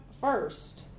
first